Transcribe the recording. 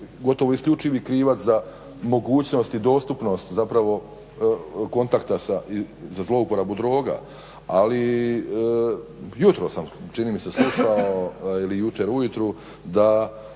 gotovo isključivi krivac za mogućnost i dostupnost, zapravo kontakta za zlouporabu droga, ali jutros sam, čini mi se slušao ili jučer ujutro da